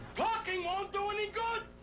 talking won't do any good.